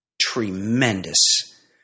tremendous